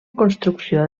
construcció